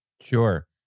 Sure